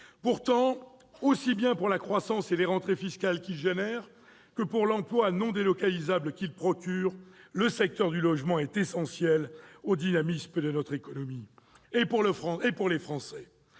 Pourtant, aussi bien pour la croissance et les rentrées fiscales qu'il engendre que pour l'emploi non délocalisable qu'il procure, le secteur du logement est essentiel au dynamisme de notre économie. Pour les Français,